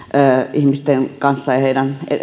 ihmisten kanssa ja heidän